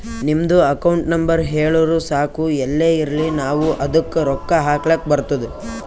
ನಿಮ್ದು account number ಹೇಳುರು ಸಾಕ್ ಎಲ್ಲೇ ಇರ್ಲಿ ನಾವೂ ಅದ್ದುಕ ರೊಕ್ಕಾ ಹಾಕ್ಲಕ್ ಬರ್ತುದ್